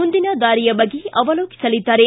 ಮುಂದಿನ ದಾರಿಯ ಬಗ್ಗೆ ಅವಲೋಕಿಸಲಿದ್ದಾರೆ